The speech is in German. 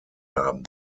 haben